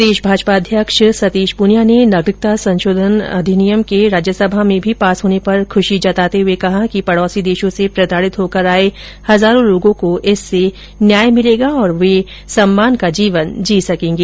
प्रदेश भाजपा अध्यक्ष सतीश पूनिया ने नागरिकता संशोधन अधिनियम के राज्यसभा में भी पास होने पर खूशी जताते हुए कहा कि पडोसी देशों से प्रताडित होकर आये हजारों लोंगों को इससे न्याय मिलेगा और वे सम्मान का जीवन जी सकेंगे